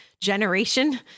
generation